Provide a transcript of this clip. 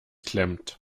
klemmt